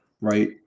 right